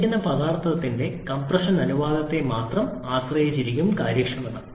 തന്നിരിക്കുന്ന പദാർത്ഥത്തിന്റെ കംപ്രഷൻ അനുപാതത്തെ മാത്രം ആശ്രയിച്ചിരിക്കും കാര്യക്ഷമത